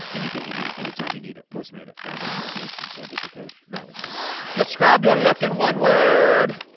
anything you need, anytime you need it, postmate it. download postmates and save with the code valleycast. describe your look in one word